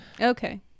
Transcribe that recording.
Okay